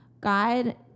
God